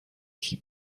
keep